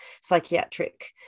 psychiatric